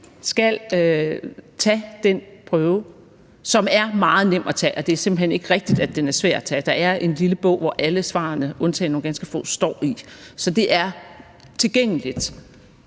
skal tage den prøve, som er meget nem at tage. Og det er simpelt hen ikke rigtigt, at den er svær at tage – der er en lille bog, hvor alle svarene undtagen nogle ganske få står i, så det er tilgængeligt